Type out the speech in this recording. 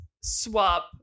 swap